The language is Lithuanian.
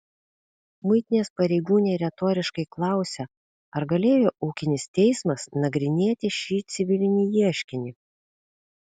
muitinės pareigūnė retoriškai klausia ar galėjo ūkinis teismas nagrinėti šį civilinį ieškinį